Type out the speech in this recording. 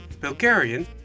Bulgarian